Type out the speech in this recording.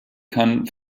kann